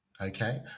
okay